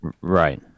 Right